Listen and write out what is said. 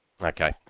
Okay